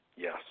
Yes